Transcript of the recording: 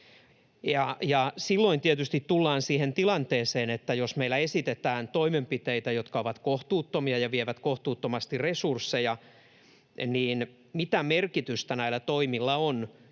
Silloin tietysti tullaan siihen tilanteeseen, että jos meillä esitetään toimenpiteitä, jotka ovat kohtuuttomia ja vievät kohtuuttomasti resursseja, niin mitä merkitystä näillä toimilla on,